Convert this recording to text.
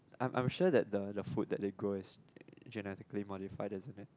I'm I'm sure that the the the food that they grow is genetically modified isn't it